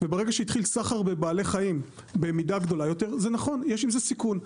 וברגע שהתחיל סחר בבעלי חיים במידה גדולה יותר זה נכון יש עם זה סיכון,